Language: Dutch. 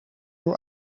door